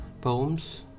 poems